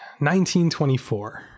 1924